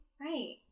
right